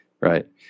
Right